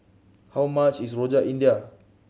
how much is Rojak India